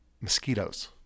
mosquitoes